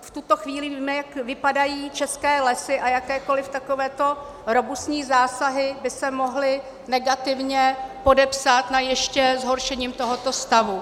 V tuto chvíli víme, jak vypadají české lesy, a jakékoliv takovéto robustní zásahy by se mohly negativně podepsat ještě zhoršením tohoto stavu.